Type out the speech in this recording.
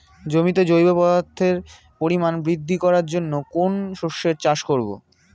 জমিতে জৈব পদার্থের পরিমাণ বৃদ্ধি করার জন্য কোন শস্যের চাষ করবো?